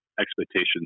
expectations